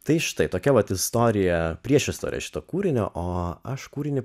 tai štai tokia vat istoriją priešistorė šito kūrinio o aš kūrinį